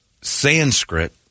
Sanskrit